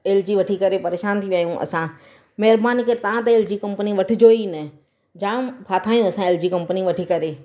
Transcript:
L G वठी करे परेशान थी विया आहियूं असां महिरबानी करे तव्हां त एल जी कंपनी वठिजो ई न जामु फाथा आहियूं एल जी कंपनी वठी करे